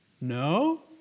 No